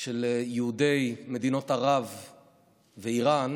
של יהודי מדינות ערב ואיראן.